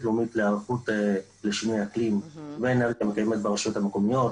לאומית להיערכות לשינוי האקלים והאנרגיה המקיימת ברשויות המקומיות.